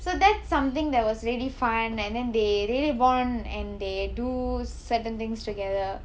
so that's something that was really fun and then they really bond and they do certain things together